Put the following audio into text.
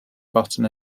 button